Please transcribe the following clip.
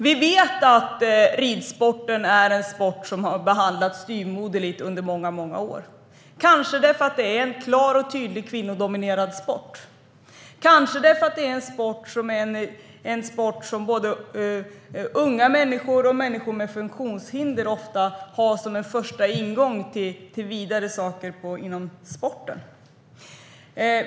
Vi vet att ridsporten är en sport som har behandlats styvmoderligt under många år - kanske därför att det är en klar och tydlig kvinnodominerad sport, kanske därför att det är en sport som både unga människor och människor med funktionshinder ofta har som en första ingång till vidare saker inom sporten.